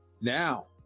Now